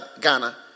Ghana